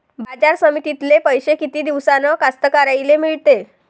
बाजार समितीतले पैशे किती दिवसानं कास्तकाराइले मिळते?